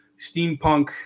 steampunk